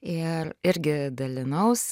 ir irgi dalinaus